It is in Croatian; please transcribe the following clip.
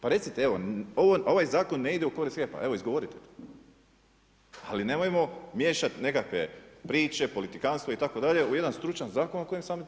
Pa recite evo ovaj zakon ne ide u korist u HEP-a, evo izgovorite, ali nemojmo miješati nekakve priče politikantstvo itd. u jedan stručan zakon o kojem sami trebate